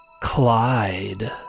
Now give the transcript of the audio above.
Clyde